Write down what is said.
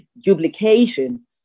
duplication